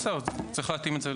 בסדר, צריך להתאים את זה.